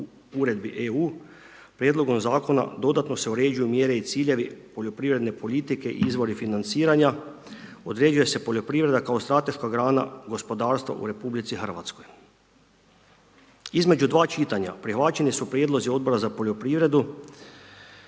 politike, izvori financiranja uređuju mjere i ciljevi poljoprivredne politike izvori financiranja, određuje se poljoprivreda kao strateška grana gospodarstva u RH. Između dva čitanja prihvaćeni su prijedlozi Odbora za poljoprivredu